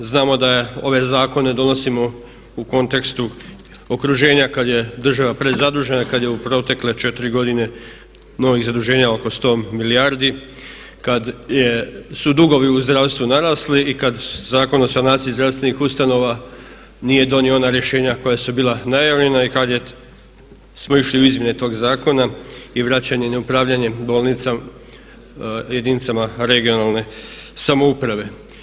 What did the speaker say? Znamo da ove zakone donosimo u kontekstu okruženja kad je država prezadužena, kad je u protekle 4 godine novih zaduženja oko 100 milijardi, kad su dugovi u zdravstvu narasli i kad Zakon o sanaciji zdravstvenih ustanova nije donio ona rješenja koja su bila najavljena i kad smo išli u izmjene tog zakona i vraćanje na upravljanje bolnicom, jedinicama regionalne samouprave.